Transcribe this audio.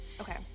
Okay